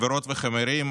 חברות וחברים,